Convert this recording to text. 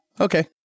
okay